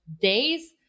days